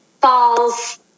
falls